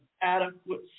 adequate